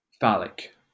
phallic